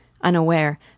unaware